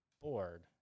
bored